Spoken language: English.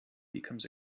becomes